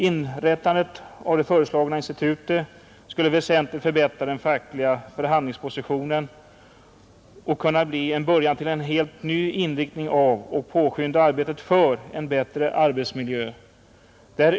Inrättandet av det föreslagna institutet skulle väsentligt förbättra den fackliga förhandlingspositionen och kunna bli början till en helt ny inriktning av och påskynda arbetet för en bättre arbetsmiljö.